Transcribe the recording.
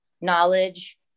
knowledge